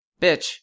Bitch